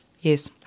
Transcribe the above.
Yes